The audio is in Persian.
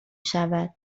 شود